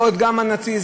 יכול להיות שגם הנאציזם,